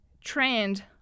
trend